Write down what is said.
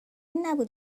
نبود